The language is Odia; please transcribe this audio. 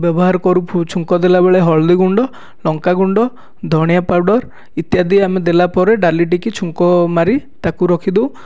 ବ୍ୟବହାର କରୁ ଫୁ ଛୁଙ୍କ ଦେଲା ବେଳେ ହଳଦିଗୁଣ୍ଡ ଲଙ୍କାଗୁଣ୍ଡ ଧଣିଆ ପାଉଡ଼ର ଇତ୍ୟାଦି ଆମେ ଦେଲାପରେ ଡାଲିଟିକି ଛୁଙ୍କ ମାରି ତାକୁ ରଖିଦେଉ